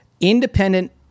independent